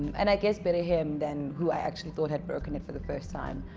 and i guess better him than who i actually thought had broken it for the first time